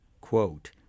quote